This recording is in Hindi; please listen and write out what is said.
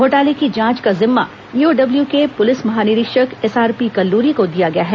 घोटाले की जांच का जिम्मा ईओडब्ल्यू के पुलिस महानिरीक्षक एसआरपी कल्लूरी को दिया गया है